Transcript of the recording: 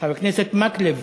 חבר הכנסת מקלב,